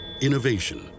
Innovation